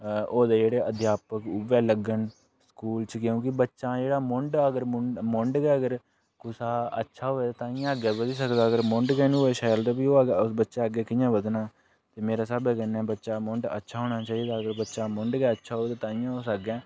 होए दे जेह्ड़े अध्यापक उ'ऐ लग्गन स्कूल च क्योंकि बच्चा जेह्ड़ा मुंड ऐ अगर मुंड गै अगर कुसा दा अच्छा होऐ ताहियें अग्गें बधी सकदा अगर मुंड गै निं होऐ शैल ते भी ओह् बच्चा अग्गें कि'यां बधना मेरे स्हाबै कन्नै बच्चा मुंड अच्छा होना चाहि्दा अगर बच्चे दा मुंड गै अच्छा होग ताहियें अस अग्गें